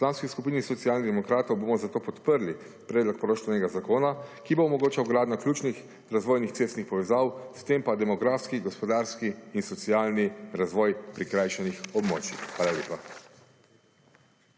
V Poslanski skupini Socialnih demokratov bomo, zato podprli Predlog poroštvenega zakona, ki bo omogočal gradnjo ključnih razvojnih cestnih povezav s tem pa demografski in socialni razvoj prikrajšanih območij. Hvala lepa.